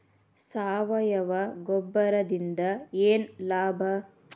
ಸಾವಯವ ಗೊಬ್ಬರದಿಂದ ಏನ್ ಲಾಭ?